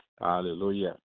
Hallelujah